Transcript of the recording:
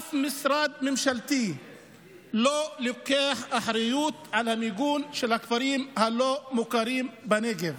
אף משרד ממשלתי לא לוקח אחריות על המיגון של הכפרים הלא-מוכרים בנגב.